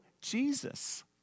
Jesus